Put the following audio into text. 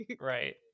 Right